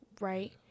right